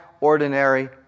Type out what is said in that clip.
ordinary